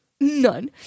None